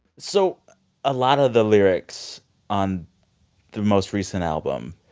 so a lot of the lyrics on the most recent album,